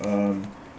um